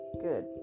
good